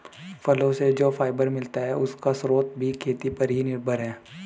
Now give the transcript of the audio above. फलो से जो फाइबर मिलता है, उसका स्रोत भी खेती पर ही निर्भर है